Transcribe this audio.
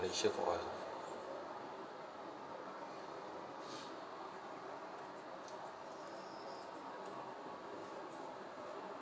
malaysia for us ah